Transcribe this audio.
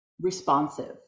responsive